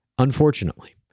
Unfortunately